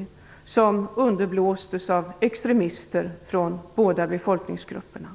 Dessa motsättningar underblåstes av extremister från båda befolkningsgrupperna.